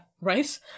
right